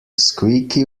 squeaky